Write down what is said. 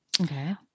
Okay